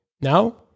Now